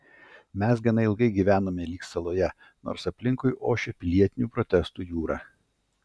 mes gana ilgai gyvenome lyg saloje nors aplinkui ošė pilietinių protestų jūra